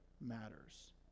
matters